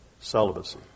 celibacy